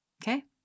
Okay